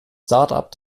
startup